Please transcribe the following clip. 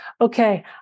okay